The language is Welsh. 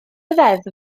ddeddf